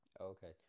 Okay